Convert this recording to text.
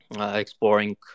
exploring